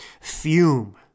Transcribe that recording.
fume